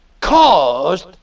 caused